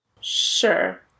Sure